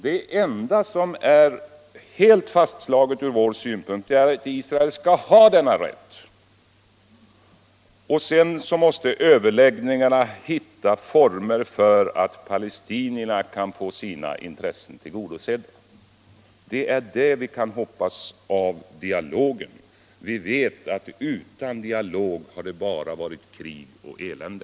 Det enda som är helt fastslaget ur vår synpunkt är att Israel skall ha denna rätt, rätten att som suverän stat leva inom säkra och erkända gränser, och sedan måste man i överläggningarna hitta former för att palestinierna kan få sina intressen tillgodosedda. Det är det vi kan hoppas av dialogen. Vi vet att utan dialog har det bara varit krig och elände.